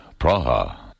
Praha